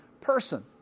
person